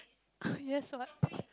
yes what